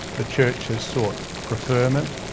the church has sought preferment,